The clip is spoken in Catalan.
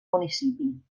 municipi